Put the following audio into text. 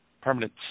permanent